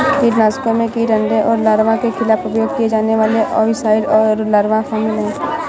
कीटनाशकों में कीट अंडे और लार्वा के खिलाफ उपयोग किए जाने वाले ओविसाइड और लार्वा शामिल हैं